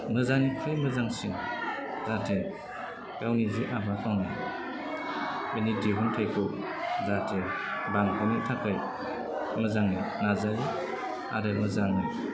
मोजांनिफ्राय मोजांसिन जाहाथे गावनि जि आबाद मावनाय बेनि दिहुन्थाइखौ जाहाथे बांहोनो थाखाय मोजाङै नाजायो आरो मोजां